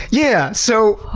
yeah! so,